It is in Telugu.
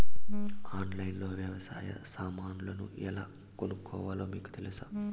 ఆన్లైన్లో లో వ్యవసాయ సామాన్లు ఎలా కొనుక్కోవాలో మీకు తెలుసా?